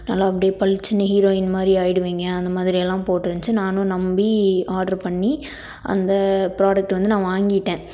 நல்லா அப்படியே பளீச்சுன்னு ஹீரோயின் மாரி ஆகிடுவிங்க அந்த மாதிரியெல்லாம் போட்டிருந்ச்சி நானும் நம்பி ஆர்ட்ரு பண்ணி அந்த ப்ராடெக்ட் வந்து நான் வாங்கிவிட்டேன்